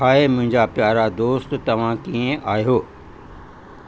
हाए मुंहिंजा प्यारा दोस्तु तव्हां कीअं आहियो